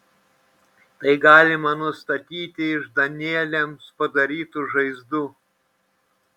tai galima nustatyti iš danieliams padarytų žaizdų